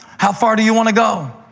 how far do you want to go?